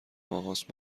ماههاست